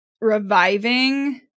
reviving